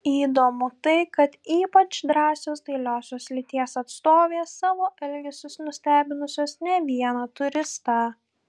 įdomu tai kad ypač drąsios dailiosios lyties atstovės savo elgesiu nustebinusios ne vieną turistą